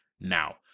now